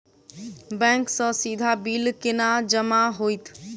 Bank सँ सीधा bill केना जमा होइत?